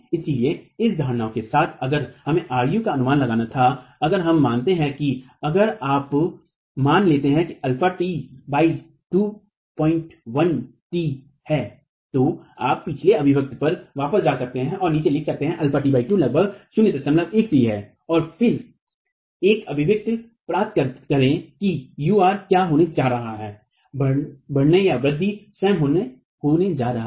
इसलिए इस धारणा के साथ अगर हमें ru का अनुमान लगाना था अगर हम मानते हैं कि अगर आप मान लेते हैं कि αt 2 01 t है तो आप पिछले अभिव्यक्ति पर वापस जा सकते हैं और नीचे लिख सकते हैं αt 2 लगभग 01 t है फिर एक अभिव्यक्ति प्राप्त करें कि ur क्या होने जा रहा है उदयबढने स्वयं होने जा रहा है